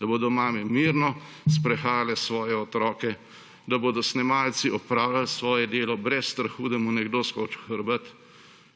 da bodo mame mirno sprehajale svoje otroke, da bodo snemalci opravljali svoje delo brez strahu, da mu nekdo skoči v hrbet,